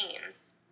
teams